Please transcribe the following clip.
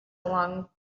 along